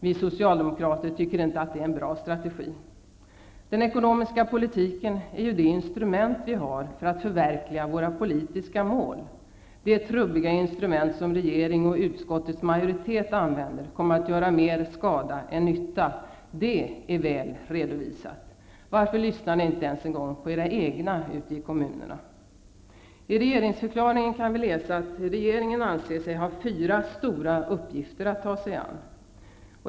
Vi Socialdemokrater tycker inte att det är en bra strategi. Den ekonomiska politiken är ju det instrument vi har för att förverkliga våra politiska mål. Det trubbiga instrument som regering och utskottets majoritet använder kommer att göra mer skada än nytta. Det är väl redovisat. Varför lyssnar ni inte ens en gång på era egna ute i kommunerna? I regeringsförklaringen kan vi läsa att regeringen anser sig ha fyra stora uppgifter att ta sig an.